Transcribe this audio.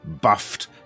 buffed